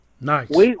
Nice